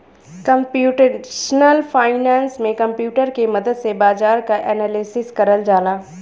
computational finance में computer के मदद से बाजार क एनालिसिस करल जाला